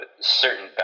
certain